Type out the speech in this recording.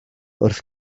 wrth